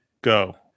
go